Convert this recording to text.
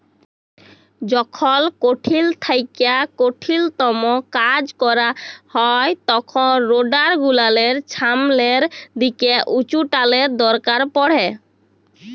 যখল কঠিল থ্যাইকে কঠিলতম কাজ ক্যরা হ্যয় তখল রোডার গুলালের ছামলের দিকে উঁচুটালের দরকার পড়হে